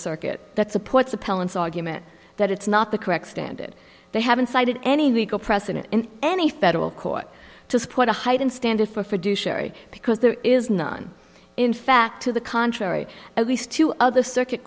circuit that supports appellants argument that it's not the correct stand it they haven't cited any legal precedent in any federal court to support a heightened standard for due sherry because there is none in fact to the contrary at least two other circuit